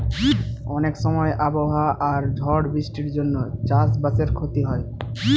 অনেক সময় আবহাওয়া আর ঝড় বৃষ্টির জন্য চাষ বাসে ক্ষতি হয়